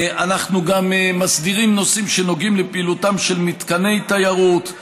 אנחנו גם מסדירים נושאים שנוגעים לפעילותם של מתקני תיירות,